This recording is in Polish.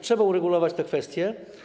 Trzeba uregulować te kwestie.